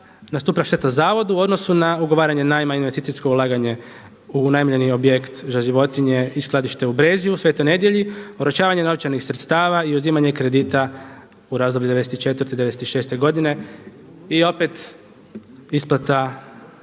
nastupila šteta zavodu u odnosu na ugovaranje najmanje investicijsko ulaganje u unajmljeni objekt za životinje i skladište u Brezju u Sv. Nedelji, oročavanje novčanih sredstava i uzimanje kredita u razdoblju od '94. do '96. godine i opet isplate